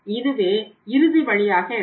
இதுவே இறுதி வழியாக இருக்கும்